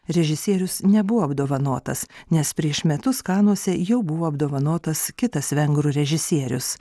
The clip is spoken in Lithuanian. režisierius nebuvo apdovanotas nes prieš metus kanuose jau buvo apdovanotas kitas vengrų režisierius